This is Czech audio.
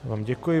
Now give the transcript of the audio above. Děkuji.